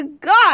God